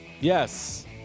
Yes